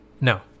No